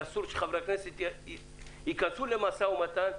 ואסור שחברי הכנסת ייכנסו למשא ומתן,